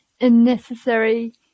unnecessary